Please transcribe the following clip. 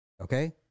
Okay